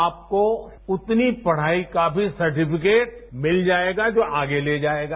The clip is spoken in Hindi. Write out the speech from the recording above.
आपको उतनी पढ़ाई का भी सर्टिफिकेट मिल जायेगा जो आपको आगे ले जायेगा